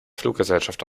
fluggesellschaft